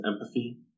empathy